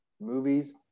Movies